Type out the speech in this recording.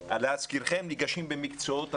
להזכירכם, ניגשים במקצועות הליבה,